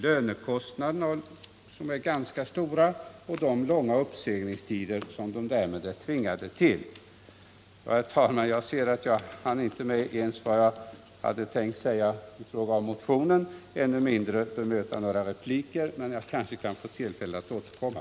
Lönekostnaderna är ganska stora, och företagarna är tvingade till långa uppsägningstider. Herr talman! Jag ser att jag inte ens hann med vad jag hade tänkt säga i fråga om motionen, och än mindre hann jag bemöta några repliker. Jag kanske kan få tillfälle att återkomma.